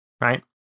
Right